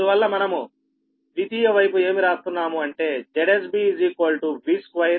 అందువల్ల మనము ద్వితీయ వైపు ఏమి వ్రాస్తున్నాము అంటే ZsB V2 VsB2 MVAbase